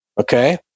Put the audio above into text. Okay